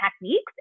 techniques